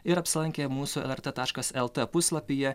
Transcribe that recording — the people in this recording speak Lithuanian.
ir apsilankę mūsų lrt taškas lt puslapyje